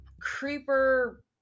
creeper